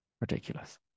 Ridiculous